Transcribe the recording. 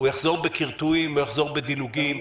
הוא יחזור בקרטועים, הוא יחזור בדילוגים.